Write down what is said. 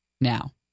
now